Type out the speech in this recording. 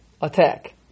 attack